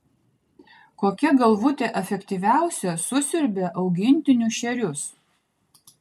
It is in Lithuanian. kokia galvutė efektyviausia susiurbia augintinių šerius